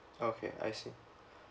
okay I see